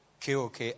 KOK